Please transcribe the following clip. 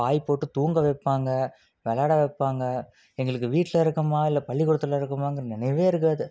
பாய் போட்டு தூங்க வைப்பாங்க விளயாட வைப்பாங்க எங்களுக்கு வீட்டில் இருக்குமா இல்லை பள்ளிக்கூடத்தில் இருக்கமாங்கிற நினைவே இருக்காது